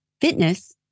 fitness